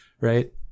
right